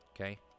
Okay